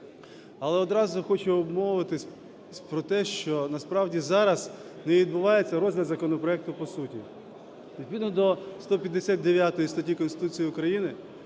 Але одразу хочу обмовитися про те, що, насправді, зараз не відбувається розгляд законопроекту по суті. Відповідно до 159 статті Конституції України,